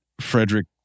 Frederick